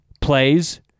plays